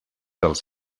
els